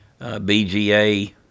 BGA